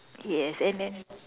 yes and then